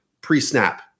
pre-snap